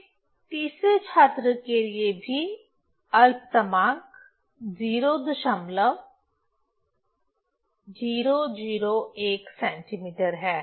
फिर तीसरे छात्र के लिए भी अल्पतमांक 0001 सेंटीमीटर है